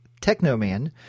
Technoman